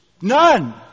None